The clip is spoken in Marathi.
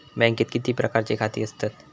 बँकेत किती प्रकारची खाती असतत?